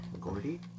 Gordy